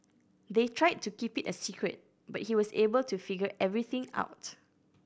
they tried to keep it a secret but he was able to figure everything out